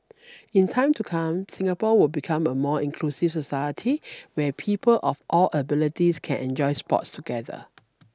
in time to come Singapore will become a more inclusive society where people of all abilities can enjoy sports together